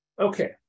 Okay